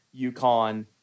UConn